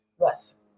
Yes